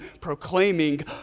proclaiming